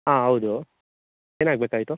ಹಾಂ ಹೌದು ಏನಾಗ ಬೇಕಾಯಿತ್ತು